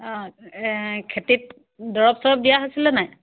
অঁ খেতিত দৰৱ চৰব দিয়া হৈছিলে নে নাই